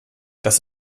das